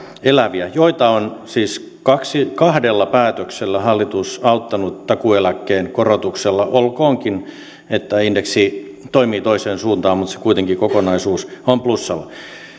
eläviä joita on siis kahdella päätöksellä hallitus auttanut takuueläkkeen korotuksella olkoonkin että indeksi toimii toiseen suuntaan mutta kuitenkin se kokonaisuus on plussalla